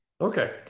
Okay